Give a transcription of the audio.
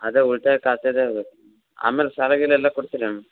ಅದೇ ಉಳಿತಾಯ ಖಾತೆದೆ ಆಮೇಲೆ ಸಾಲ ಗೀಲ ಎಲ್ಲ ಕೊಡ್ತೀರಾ